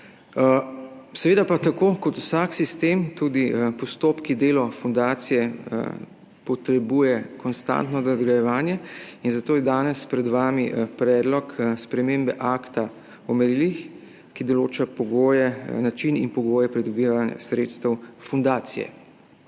Seveda pa tako kot vsak sistem tudi postopki in delo fundacije potrebujejo konstantno nadgrajevanje, zato je danes pred vami predlog spremembe akta o merilih, ki določa način in pogoje pridobivanja sredstev fundacije.